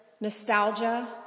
nostalgia